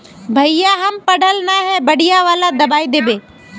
भैया हम पढ़ल न है बढ़िया वाला दबाइ देबे?